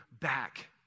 back